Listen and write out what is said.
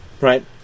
right